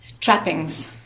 trappings